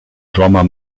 drummer